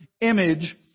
image